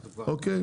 אוקיי?